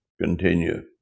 continue